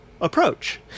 approach